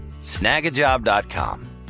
snagajob.com